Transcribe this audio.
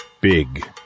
Big